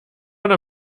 oder